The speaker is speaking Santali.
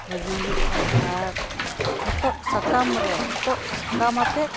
ᱵᱷᱟᱹᱜᱤ ᱦᱩᱭᱩᱜᱼᱟ ᱟᱨ ᱦᱚᱛᱚᱫ ᱥᱟᱠᱟᱢ ᱨᱮ ᱦᱚᱛᱚᱫ ᱥᱟᱠᱟᱢᱟᱛᱮᱫ